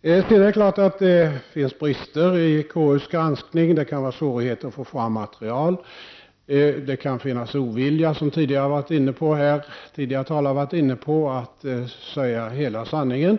Det är klart att det finns brister i KUs granskning. Det kan röra sig om svårigheter att få fram material. Det kan finnas ovilja, som tidigare talare har varit inne på, att säga hela sanningen.